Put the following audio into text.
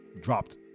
dropped